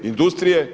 Industrije?